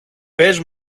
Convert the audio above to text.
πες